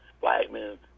Blackman